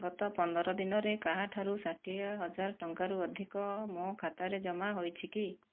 ଗତ ପନ୍ଦର ଦିନରେ କାହା ଠାରୁ ଷାଠିଏ ହଜାର ଟଙ୍କାରୁ ଅଧିକ ମୋ ଖାତାରେ ଜମା ହୋଇଛି କି